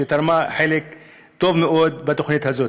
ותרמה חלק טוב מאוד בתוכנית הזאת.